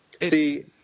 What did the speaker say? See